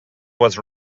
was